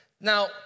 Now